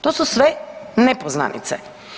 To su sve nepoznanice.